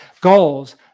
goals